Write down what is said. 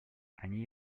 они